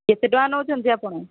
କେତେ ଟଙ୍କା ନେଉଛନ୍ତି ଆପଣ